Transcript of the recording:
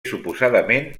suposadament